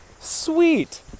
sweet